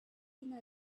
people